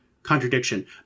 Contradiction